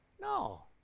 No